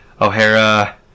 O'Hara